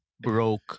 broke